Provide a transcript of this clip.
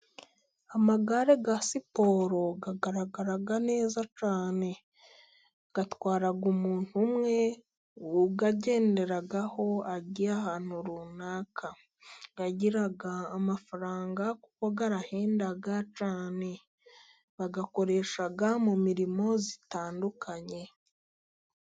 Amagare ya siporo agaragara neza cyane. Atwara umuntu umwe, uyagenderaho agiye ahantu runaka. Agira amafaranga kuko arahenda cyane. Bayakoresha mu mirimo itandukanye.